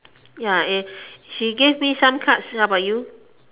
ya eh she gave me some cards how about you